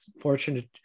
fortunate